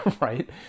right